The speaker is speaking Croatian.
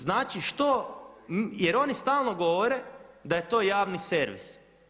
Znači što, jer oni stalno govore da je to javni servis.